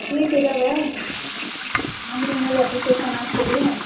seat ಇದ್ದಾವೆ ಆನ್ಲೈನಲ್ಲಿ application ಹಾಕ್ಬಿಡಿ